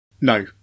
No